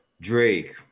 Drake